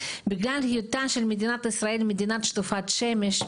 בגלל היותה של מדינת ישראל מדינה שטופת שמש,